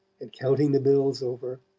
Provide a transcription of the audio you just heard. and counting the bills over,